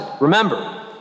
remember